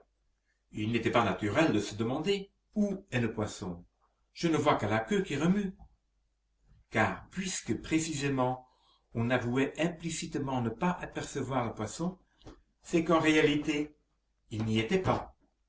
il n'était pas naturel de se demander où est le poisson je ne vois que la queue qui remue car puisque précisément on avouait implicitement ne pas apercevoir le poisson c'est qu'en réalité il n'y était pas